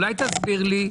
אולי תסביר לי?